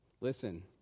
Listen